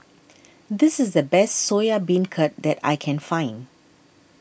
this is the best Soya Beancurd that I can find